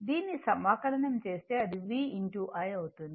దీన్ని సమాకలనం చేస్తే అది V I అవుతుంది